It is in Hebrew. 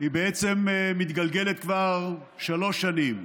בעצם מתגלגלת כבר שלוש שנים,